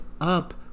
up